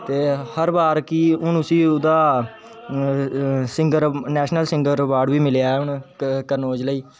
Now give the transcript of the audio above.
ते हर बार कि हून ओहदा सिंगर नेशनल सिंगर आबर्ड बी मिलया ऐ कर्ण ओझला गी